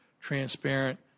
transparent